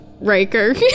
Riker